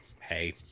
hey